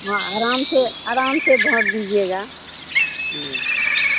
हँ आराम से आराम से भर दीजिएगा नहीं जएब